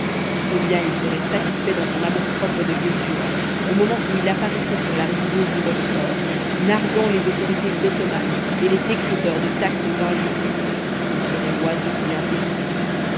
combien il serait satisfait dans son amour-propre de vieux turc au moment où il apparaîtrait sur la rive gauche du bosphore narguant les autorités ottomanes et les décréteurs de taxes injustes il serait oiseux d'y insister